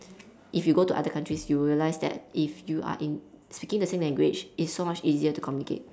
if you go to other countries you will realise that if you are in speaking the same language it's so much easier to communicate